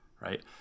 right